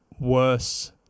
worse